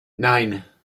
nine